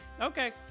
Okay